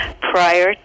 prior